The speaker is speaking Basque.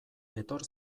etor